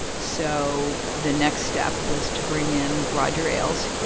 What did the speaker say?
so the next step was to bring in roger ailes